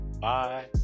Bye